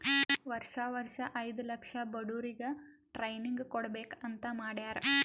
ವರ್ಷಾ ವರ್ಷಾ ಐಯ್ದ ಲಕ್ಷ ಬಡುರಿಗ್ ಟ್ರೈನಿಂಗ್ ಕೊಡ್ಬೇಕ್ ಅಂತ್ ಮಾಡ್ಯಾರ್